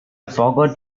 forgot